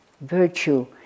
virtue